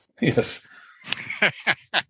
Yes